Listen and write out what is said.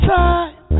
time